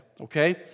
Okay